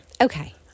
Okay